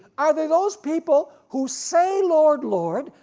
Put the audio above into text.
are they those people who say lord, lord,